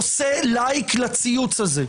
עושה לייק לציוץ הזה.